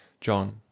JOHN